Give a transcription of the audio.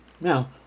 Now